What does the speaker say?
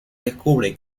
descubre